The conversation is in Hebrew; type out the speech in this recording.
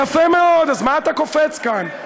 יפה מאוד, אז מה אתה קופץ כאן?